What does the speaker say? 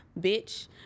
Bitch